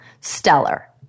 Stellar